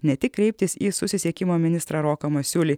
ne tik kreiptis į susisiekimo ministrą roką masiulį